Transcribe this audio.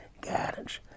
guidance